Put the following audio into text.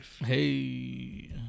Hey